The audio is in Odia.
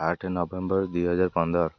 ଆଠେ ନଭେମ୍ବର ଦୁଇହଜାର ପନ୍ଦର